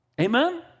Amen